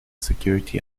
security